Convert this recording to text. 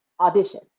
audition